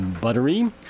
buttery